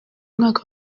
mwaka